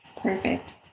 perfect